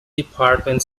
department